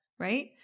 right